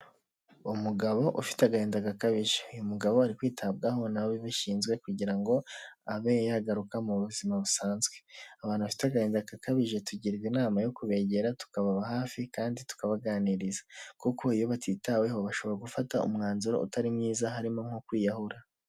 Umugabo ufite agahinda gakabije, uyu mugabo ari kwitabwaho n'ababishinzwe kugira ngo abe yagaruka mu buzima busanzwe, abantu bafite agahinda gakabije tugirwa inama yo kubegera, tukababa hafi kandi tukabaganiriza kuko iyo batitaweho bashobora gufata umwanzuro utari mwiza, harimo nko kwiyahura.